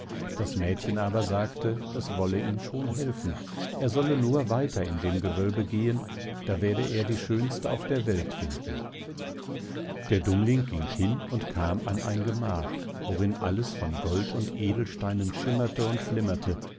das mädchen aber sagte es wolle ihm schon helfen er solle nur weiter in dem gewölbe gehen da werde er die schönste auf der welt finden der dummling ging hin und kam an ein gemach worin alles von gold und edelsteinen schimmerte und flimmerte